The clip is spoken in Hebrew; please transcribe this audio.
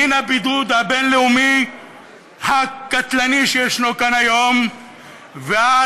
מן הבידוד הבין-לאומי הקטלני שישנו כאן היום ועד